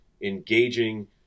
engaging